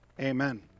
Amen